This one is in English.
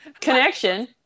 Connection